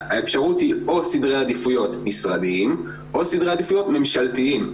האפשרויות הן או סדרי עדיפויות משרדיים או סדרי עדיפויות ממשלתיים.